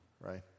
Right